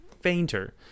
fainter